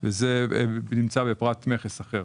זה נמצא בפרט מכס אחר.